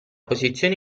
posizione